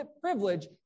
privilege